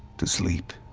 to sleep.